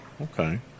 Okay